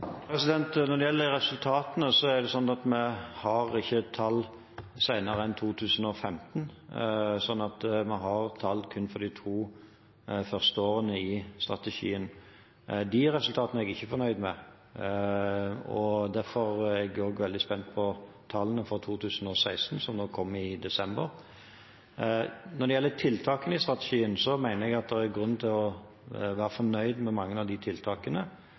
Når det gjelder resultatene, har vi ikke tall senere enn for 2015 – vi har tall kun for de to første årene i strategien. De resultatene er jeg ikke fornøyd med. Derfor er jeg veldig spent på tallene for 2016, som kommer i desember. Når det gjelder tiltakene i strategien, mener jeg det er grunn til å være fornøyd med mange av